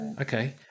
Okay